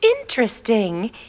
interesting